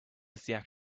server